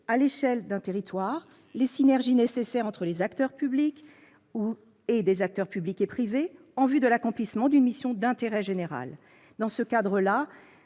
à l'échelle d'un territoire, les synergies nécessaires entre acteurs publics ou entre acteurs publics et privés en vue de l'accomplissement d'une mission d'intérêt général. Dans ce cadre,